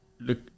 look